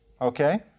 Okay